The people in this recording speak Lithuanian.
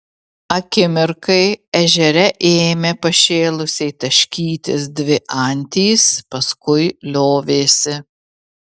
akimirkai ežere ėmė pašėlusiai taškytis dvi antys paskui liovėsi